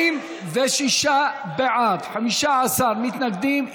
86 בעד, 15 מתנגדים.